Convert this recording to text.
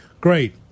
great